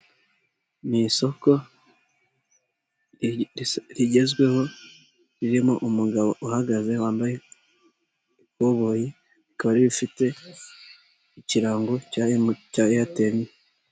Ni isoko rigezweho ririmo umugabo uhagaze wambaye ikoboyi rikaba rifite ikirango cya eyateri.